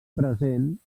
present